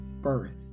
birth